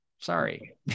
Sorry